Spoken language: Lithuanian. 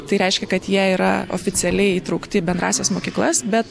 tai reiškia kad jie yra oficialiai įtraukti į bendrąsias mokyklas bet